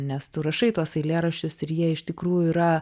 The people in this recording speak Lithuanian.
nes tu rašai tuos eilėraščius ir jie iš tikrųjų yra